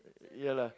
ya lah